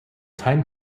time